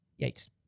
Yikes